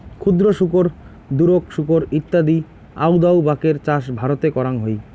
ক্ষুদ্র শুকর, দুরোক শুকর ইত্যাদি আউদাউ বাকের চাষ ভারতে করাং হই